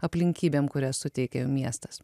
aplinkybėm kurias suteikė miestas